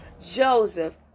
Joseph